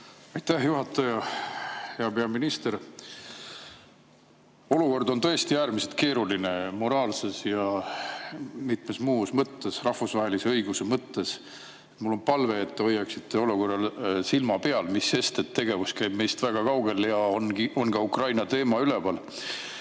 Aitäh, juhataja! Hea peaminister! Olukord on tõesti äärmiselt keeruline nii moraalses kui ka mitmes muus mõttes, rahvusvahelise õiguse mõttes. Mul on palve, et te hoiaksite olukorral silma peal, mis sellest, et tegevus käib meist väga kaugel ja ka Ukraina teema on üleval.